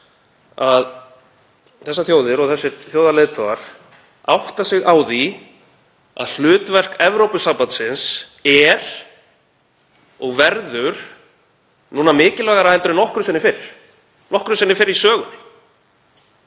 að þessar þjóðir og þessir þjóðarleiðtogar átta sig á því að hlutverk Evrópusambandsins er og verður núna mikilvægara en nokkru sinni fyrr í sögunni?